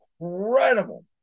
incredible